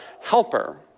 helper